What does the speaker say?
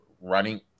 running